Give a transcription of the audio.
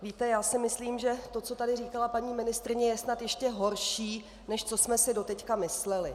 Víte, já si myslím, že to, co tady říkala paní ministryně, je snad ještě horší, než co jsme si doteď mysleli.